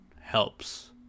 helps